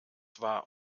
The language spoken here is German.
war